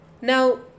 Now